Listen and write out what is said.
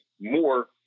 more